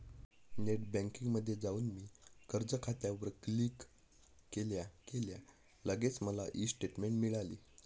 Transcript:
net बँकिंगमध्ये जाऊन मी कर्ज खात्यावर क्लिक केल्या केल्या लगेच मला ई स्टेटमेंट मिळाली